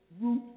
root